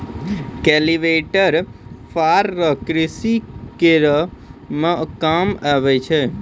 cultivator फार रो कृषि करै मे काम आबै छै